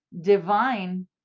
divine